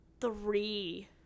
three